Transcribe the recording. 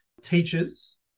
teachers